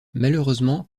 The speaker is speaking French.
malheureusement